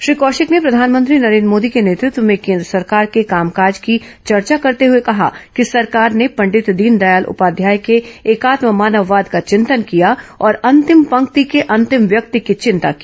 श्री कौशिक ने प्रधानमंत्री नरेन्द्र मोदी के नेतृत्व में केन्द्र सरकार के कामकाज की चर्चा करते हुए कहा कि सरकार ने पंडित दीनदयाल उपाध्याय के एकात्म मानववाद का चिंतन किया और अंतिम पंक्ति के अंतिम व्यक्ति की षिंता की